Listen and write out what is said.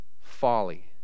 folly